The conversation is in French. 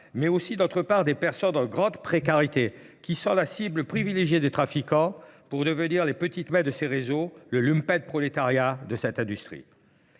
mais aussi d'autre part des personnes en grande précarité, qui sont la cible privilégiée des trafiquants pour devenir les petites maies de ces réseaux, le lumpet prolétariat de cette industrie.